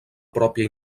pròpia